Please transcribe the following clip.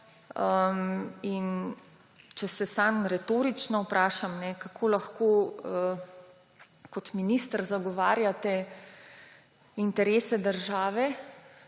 Če se samo retorično vprašam: kako lahko kot minister zagovarjate interese države,